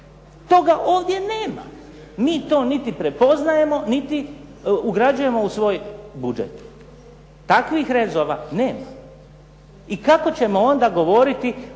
Toga ovdje nema. Mi to niti prepoznajemo niti ugrađujemo u svoj budžet. Takvih rezova nema. I kako ćemo onda govoriti